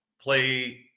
play